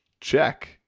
check